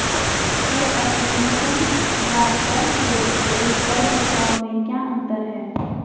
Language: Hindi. कर अपवंचन या कर चोरी एवं कर बचाव में क्या अंतर है?